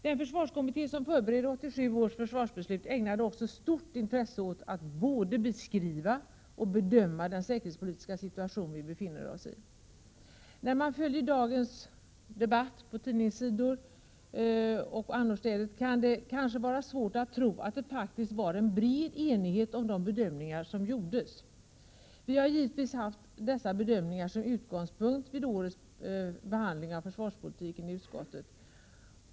Den försvarskommitté som förberedde 1987 års försvarsbeslut ägnade också stort intresse åt att både beskriva och bedöma den säkerhetspolitiska situation vi befinner oss i. När man följer dagens debatt i tidningar och annorstädes, kan det kanske vara svårt att tro att det faktiskt rådde bred enighet om de bedömningar som gjordes. Vi har givetvis haft dessa bedömningar som utgångspunkt vid årets behandling av försvarspolitiken i utskottet.